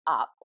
up